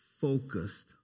focused